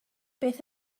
beth